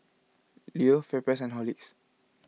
Leo FairPrice and Horlicks